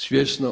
svjesno.